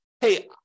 hey